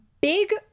big